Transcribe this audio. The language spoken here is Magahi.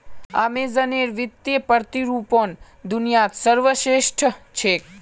अमेज़नेर वित्तीय प्रतिरूपण दुनियात सर्वश्रेष्ठ छेक